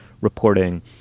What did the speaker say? reporting